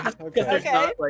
okay